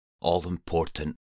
all-important